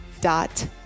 dot